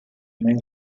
main